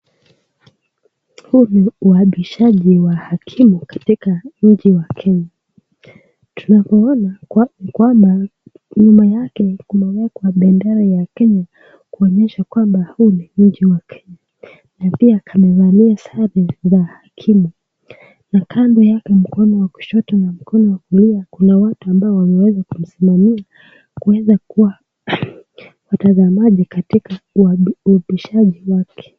Huu ni uapishajibwa hakimu katika nchi ya Kenya, tunaoona kwamba nyuma yake kumewekwa bendera ya Kenya kwa kuonyesha ya kwamba hii ni nchi ya Kenya, na pia amevalia sare za hakimu ,na kando yake mkono wa kushoto na mkononwa kulia kuna watu ambao wameeza kumsimamia kuweza kuwa watazamaji katika uapishaji wake.